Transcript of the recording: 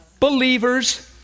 believers